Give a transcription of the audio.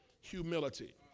humility